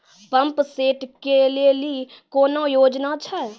Pump set केलेली कोनो योजना छ?